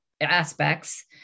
aspects